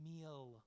meal